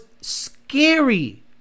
scary